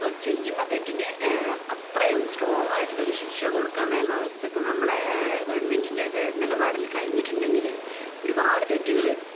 അപ്പൊൾ ചെയ്യുന്ന തെറ്റിന് അത്രയും സ്ട്രോങ്ങ് ആയിട്ടുള്ള ഒരു ശിക്ഷ കൊടുക്കാൻ നിയമ വ്യവസ്ഥിതിക്ക് നമ്മളെ ഗവണ്മെന്റിന് നിലപാടിൽ കഴിഞ്ഞിട്ടുണ്ടെങ്കില് ഒരുപാട് തെറ്റുകള്